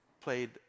played